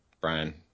Brian